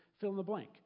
fill-in-the-blank